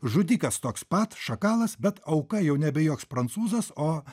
žudikas toks pat šakalas bet auka jau nebe joks prancūzas o